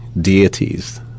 deities